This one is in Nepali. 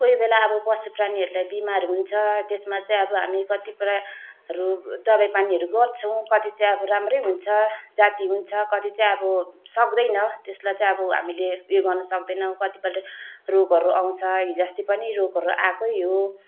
कोही बेला अब पशु प्राणीहरूलाई बिमार हुन्छ त्यसमा चाहिँ अब हामी कति प्रायहरू दबाई पानीहरू गर्छौँ कति चाहिँ अब राम्रै हुन्छ जाती हुन्छ कति चाहिँ अब सक्दैन त्यसलाई चाहिँ अब हामीले उयो गर्न सक्दैनौँ कतिपल्ट रोगहरू आउँछ हिजअस्ति पनि रोगहरू आएकै हो